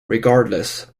regardless